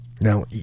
Now